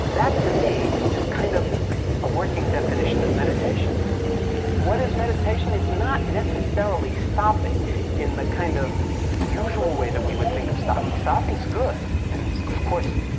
that, to me, is kind of a working definition of meditation what is meditation? it's not necessarily stopping in the kind of usual way that we would think of stopping. stopping is good and, of course,